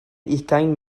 ugain